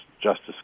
Justice